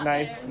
Nice